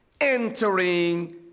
entering